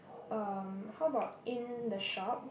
um how about in the shop